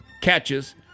catches